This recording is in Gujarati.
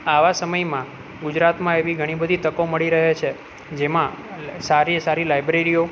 આવા સમયમાં ગુજરાતમાં એવી ઘણી બધી તક મળી રહે છે જેમાં સારી સારી લાઇબ્રેરીઓ